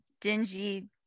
dingy